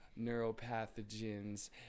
neuropathogens